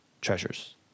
treasures